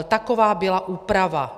Taková byla úprava.